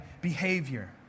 behavior